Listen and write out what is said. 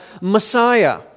Messiah